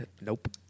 Nope